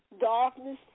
darkness